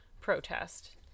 protest